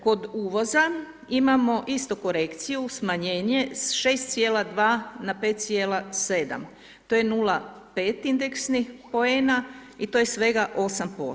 Kod uvoza imamo isto korekciju, smanjenje s 6,2 na 5,7, to je 0,5 indeksnih poena i to je svega 8%